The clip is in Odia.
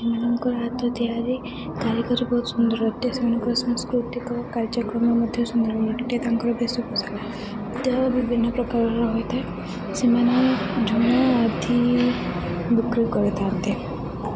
ସେମାନଙ୍କ ହାତ ତିଆରି କାରିଗରୀ ବହୁତ ସୁନ୍ଦର ହୋଇଥାଏ ସେମାନଙ୍କର ସାଂସ୍କୃତିକ କାର୍ଯ୍ୟକ୍ରମ ମଧ୍ୟ ସୁନ୍ଦର ତାଙ୍କର ବେଶଭୂଷା ଦେହ ବିଭିନ୍ନ ପ୍ରକାରର ହୋଇଥାଏ ସେମାନେ ଝୁଣା ଆଦି ବିକ୍ରି କରିଥାନ୍ତି